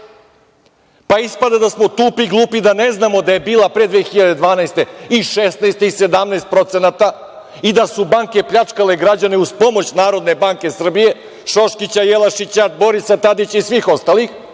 pa ispada da smo tupi i glupi da ne znamo da je bila pre 2012. godine i 16% i 17% i da su banke pljačkale građane uz pomoć Narodne banke Srbije, Šoškića, Jelačića, Borisa Tadića i svih ostalih